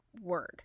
word